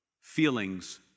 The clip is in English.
feelings